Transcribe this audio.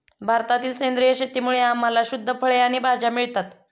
भारतातील सेंद्रिय शेतीमुळे आम्हाला शुद्ध फळे आणि भाज्या मिळतात